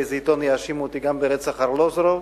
באיזה עיתון יאשימו אותי גם ברצח ארלוזורוב,